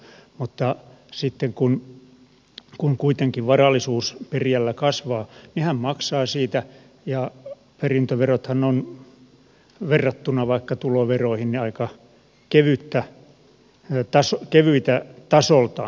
mutta sitten kun kuitenkin varallisuus perijällä kasvaa niin hän maksaa siitä ja perintöverothan ovat verrattuna vaikka tuloveroihin aika kevyitä tasoltaan